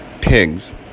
pigs